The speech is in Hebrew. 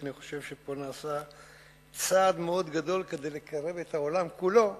כי אני חושב שנעשה פה צעד מאוד גדול כדי לקרב את העולם כולו,